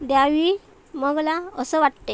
द्यावी मगला असं वाटते